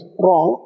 wrong